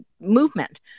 movement